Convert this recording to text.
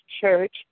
Church